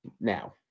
Now